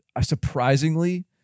surprisingly